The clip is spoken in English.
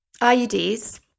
IUDs